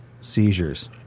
seizures